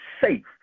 safe